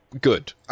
good